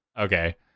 Okay